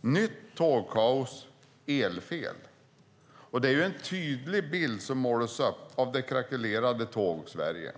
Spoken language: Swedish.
nytt tågkaos på grund av elfel. Det är en tydlig bild som målas upp av det krackelerade Tågsverige.